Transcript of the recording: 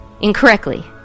incorrectly